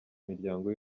imiryango